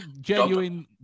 genuine